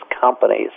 companies